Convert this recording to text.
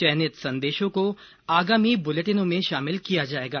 चयनित संदेशों को आगामी बुलेटिनों में शामिल किया जाएगा